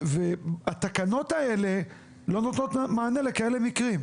והתקנות האלה לא נותנות מענה לכאלה מקרים.